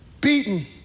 beaten